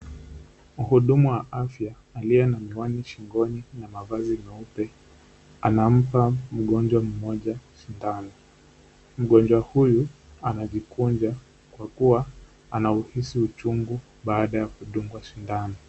Mhudumu wa afya aliye na miwani shingoni na mavazi meupe, anampa mgonjwa mmoja sindano. Mgonjwa huyu amejikunja kwa kuwa anauhisi uchungu baada ya kudungwa sindano.